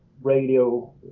radio